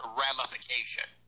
ramification